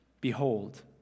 Behold